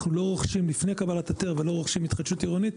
אנחנו לא רוכשים לפני קבלת היתר ולא רוכשים התחדשות עירונית,